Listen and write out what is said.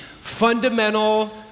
fundamental